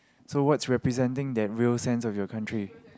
so what's representing that real sense of your country